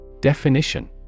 Definition